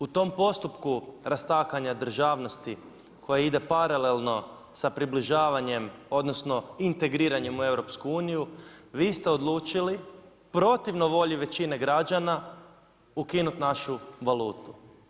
U tom postupku rastakanja državnosti koja ide paralelno sa približavanjem odnosno integriranjem u EU, vi ste odlučili protivno volji većine građana ukinuti našu valutu.